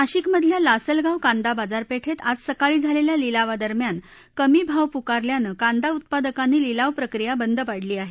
नाशिकमधल्या लासलगाव कांदा बाजारपेठेत आज सकाळी झालेल्या लिलावादरम्यान कमी भाव पुकारल्यानं कांदा उत्पादकांनी लिलाव प्रक्रीया बंद पाडली आहे